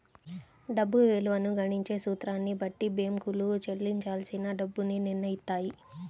డబ్బు విలువను గణించే సూత్రాన్ని బట్టి బ్యేంకులు చెల్లించాల్సిన డబ్బుని నిర్నయిత్తాయి